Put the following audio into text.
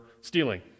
stealing